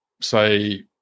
say